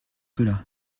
cela